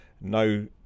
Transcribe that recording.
no